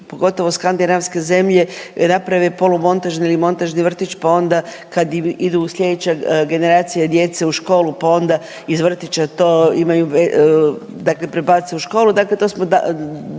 pogotovo skandinavske zemlje naprave polumontažni ili montažni vrtić pa onda kada idu slijedeće generacije djece u školu pa onda iz vrtića to imaju, dakle prebace u školu dakle to smo